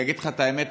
אני אגיד לך את האמת,